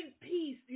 peace